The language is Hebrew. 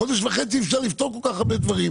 בחודש וחצי אפשר לפתור כל כך הרבה דברים.